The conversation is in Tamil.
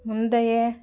முந்தைய